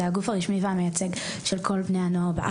זהו הגוף הרשמי והמייצג של כל בני הנוער בארץ.